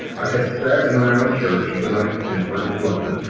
i had sat in the round church of the knights templarin london,